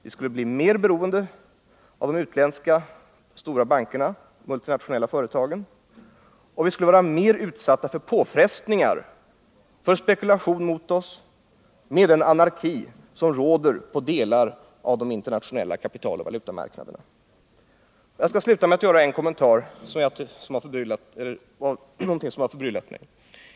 Vi skulle bli mer beroende av de utländska stora bankerna och de multinationella företagen, och vi skulle också bli mer utsatta för påfrestningar och för spekulation mot oss, med den anarki som råder på delar av de internationella kapitaloch valutamarknaderna. Jag skall sluta med en kommentar om någonting som har förbryllat mig.